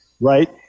Right